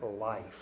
life